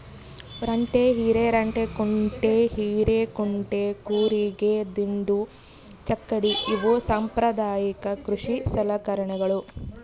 ರಂಟೆ ಹಿರೆರಂಟೆಕುಂಟೆ ಹಿರೇಕುಂಟೆ ಕೂರಿಗೆ ದಿಂಡು ಚಕ್ಕಡಿ ಇವು ಸಾಂಪ್ರದಾಯಿಕ ಕೃಷಿ ಸಲಕರಣೆಗಳು